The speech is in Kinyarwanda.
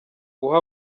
guha